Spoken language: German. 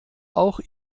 auch